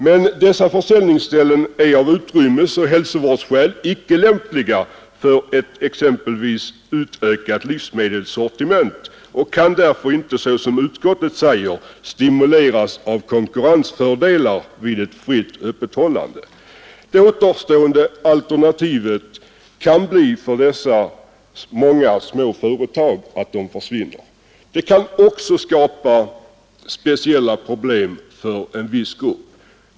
Men dessa försäljningsställen är av utrymmesoch hälsoskäl inte lämpliga för exempelvis ett utökat livsmedelssortiment och kan därför inte, som utskottet tror, ”stimuleras av konkurrensfördelar” vid ett fritt öppethållande. Det återstående alternativet för dessa små företag kan bli att de försvinner. Detta kan också skapa speciella problem för en viss grupp.